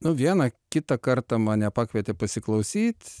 nu vieną kitą kartą mane pakvietė pasiklausyt